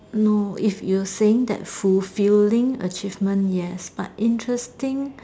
no if you're saying that fulfilling achievement yes but interesting